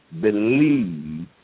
believe